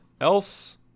else